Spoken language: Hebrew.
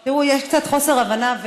תראו, יש קצת חוסר הבנה.